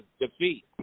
defeat